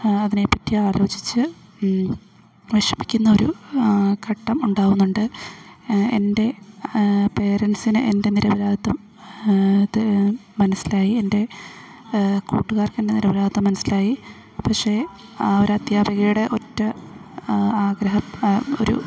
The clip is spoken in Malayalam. അതിനെപ്പറ്റി ആലോചിച്ച് വിഷമിക്കുന്ന ഒരു ഘട്ടം ഉണ്ടാവുന്നുണ്ട് എൻ്റെ പേരെൻ്റ്സിന് എൻ്റെ നിരപരാധിത്വം അതു മനസ്സിലായി എൻ്റെ കൂട്ടുകാർക്കെൻ്റെ നിരപരാധിത്വം മനസ്സിലായി പക്ഷേ ആ ഒരധ്യാപികയുടെ ഒറ്റ ആഗ്രഹം ഒരു